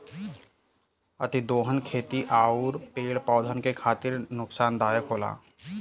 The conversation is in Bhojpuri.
अतिदोहन खेती आउर पेड़ पौधन के खातिर नुकसानदायक होला